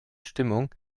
stimmung